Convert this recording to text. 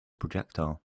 projectile